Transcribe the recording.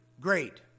great